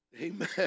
Amen